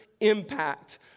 impact